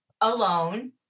alone